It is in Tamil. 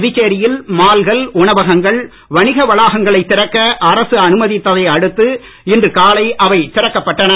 புதுச்சேரியில் மால்கள் உணவகங்கள் வணிக வளாகங்களை திறக்க அரசு அனுமதித்தை அடுத்து இன்று காலை அவை திறக்கப்பட்டன